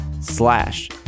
slash